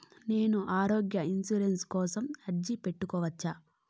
నేను ఆరోగ్య ఇన్సూరెన్సు కోసం అర్జీ పెట్టుకోవచ్చా?